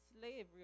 slavery